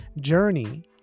journey